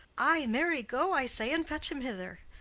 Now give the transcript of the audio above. ay, marry, go, i say, and fetch him hither.